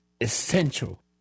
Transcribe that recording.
essential